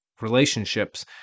relationships